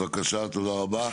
בבקשה, תודה רבה.